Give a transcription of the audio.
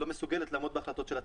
לא מסוגלת לעמוד בהחלטות של עצמה.